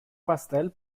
pastel